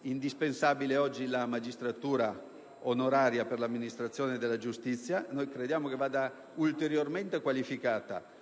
indispensabile oggi la magistratura onoraria per l'amministrazione della giustizia e crediamo che questa figura vada ulteriormente qualificata,